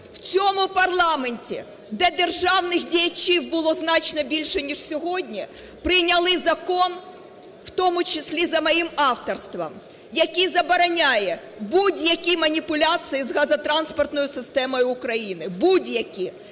в цьому парламенті, де державних діячів було значно більше, ніж сьогодні прийняли закон, в тому числі за моїм авторством, який забороняє будь-які маніпуляції з газотранспортною системою України,